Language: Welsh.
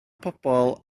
pobl